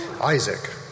Isaac